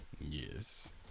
Yes